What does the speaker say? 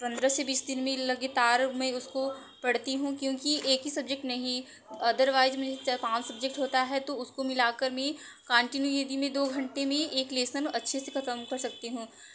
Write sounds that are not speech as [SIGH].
पंद्रह से बीस दिन में लगातार मैं उसको पढ़ती हूँ क्योंकि एक ही सब्जेक्ट नहीं अदरवाइज [UNINTELLIGIBLE] चार पाँच सब्जेक्ट होता है तो उसको मिलाकर मैं कॉन्टीन्यु यदि मैं दो घंटे में एक लेसन अच्छे से ख़त्म कर सकती हूँ